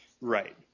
Right